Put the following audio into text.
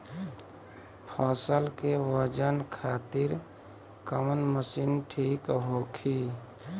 फसल के वजन खातिर कवन मशीन ठीक होखि?